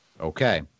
Okay